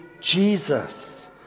Jesus